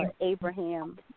Abraham